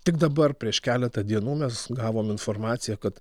tik dabar prieš keletą dienų mes gavom informaciją kad